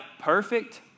perfect